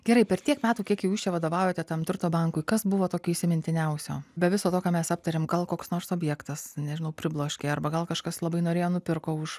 gerai per tiek metų kiek jau jūs čia vadovaujate tam turto bankui kas buvo tokio įsimintiniausio be viso to ką mes aptarėm gal koks nors objektas nežinau pribloškė arba gal kažkas labai norėjo nupirko už